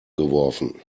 geworfen